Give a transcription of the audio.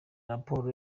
raporo